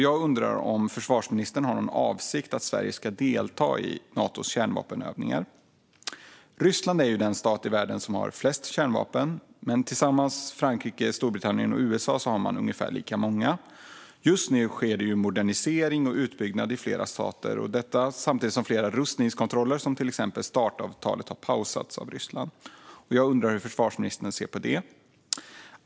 Jag undrar om det är försvarsministerns avsikt att Sverige ska delta i Natos kärnvapenövningar. Ryssland är den stat i världen som har flest kärnvapen, och tillsammans har Frankrike, Storbritannien och USA ungefär lika många. Just nu sker modernisering och utbyggnad i flera stater samtidigt som flera rustningskontroller, till exempel Startavtalet, har pausats av Ryssland. Hur ser försvarsministern på det?